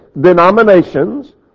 denominations